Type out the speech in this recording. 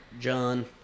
John